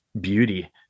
beauty